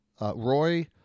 Roy